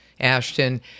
Ashton